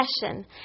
Passion